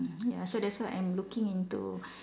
ya so that's why I'm looking into